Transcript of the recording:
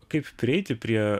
kaip prieiti prie